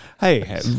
Hey